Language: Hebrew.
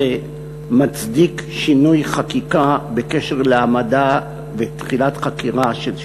מצדיק שינוי חקיקה בקשר להעמדה ותחילת חקירה של שופטים.